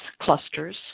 clusters